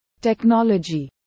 technology